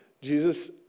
Jesus